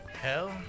Hell